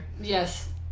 Yes